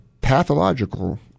pathological